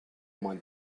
mind